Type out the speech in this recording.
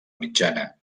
mitjana